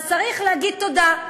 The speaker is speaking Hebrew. אז צריך להגיד תודה.